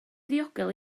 ddiogel